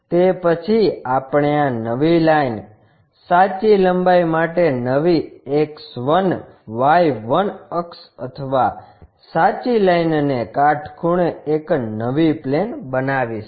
તે પછી આપણે આ નવી લાઇન સાચી લંબાઈ માટે નવી X1 Y1 અક્ષ અથવા સાચી લાઈન ને કાટખૂણે એક નવી પ્લેન બનાવીશું